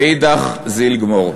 ואידך זיל גמור.